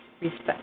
Respect